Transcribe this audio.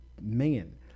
man